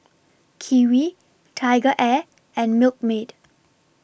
Kiwi TigerAir and Milkmaid